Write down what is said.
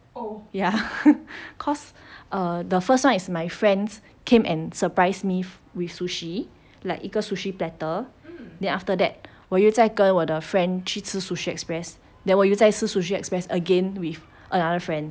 ya cause um the first one is my friends came and surprised me with sushi like 一个 sushi platter then after that 我又再跟我的 friend 去吃 Sushi Express then 我又再吃 Sushi Express again with another friend